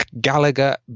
Gallagher